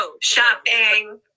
shopping